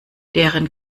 deren